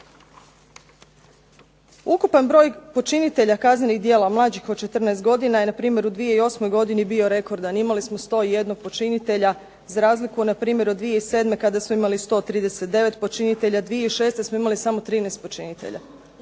Ukupan broj počinitelja kaznenih djela mlađih od 14 godina je npr. u 2008. godini bio rekordan. Imali smo 101 počinitelja, za razliku npr. od 2007. kada smo imali 39 počinitelja, 2006. smo imali samo 13 počinitelja.